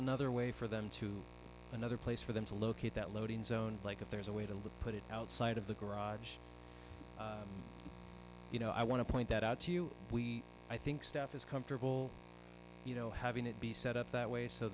another way for them to another place for them to locate that loading zone like if there's a way to put it outside of the garage you know i want to point that out to you we i think staff is comfortable you know having it be set up that way so